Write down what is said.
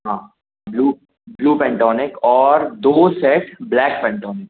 हाँ blue blue पैंटॉनिक और दो सेट ब्लैक पैंटॉनिक